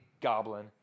goblin